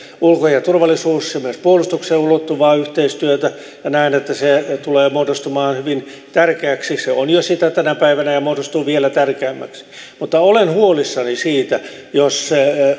ulko ja turvallisuuspolitiikkaan ja myös puolustukseen ulottuvaa yhteistyötä ja näen että se tulee muodostumaan hyvin tärkeäksi se on jo sitä tänä päivänä ja muodostuu vielä tärkeämmäksi mutta olen huolissani siitä jos